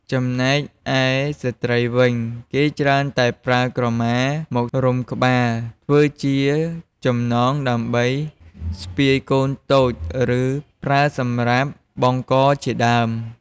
ចំណែកឯស្ត្រីវិញ គេច្រើនតែប្រើក្រមាមករុំក្បាល ធ្វើជាចំណងដើម្បីស្ពាយកូនតូច ឬ ប្រើសម្រាប់បង់កជាដើម។